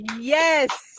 Yes